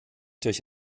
durch